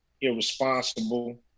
irresponsible